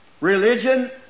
Religion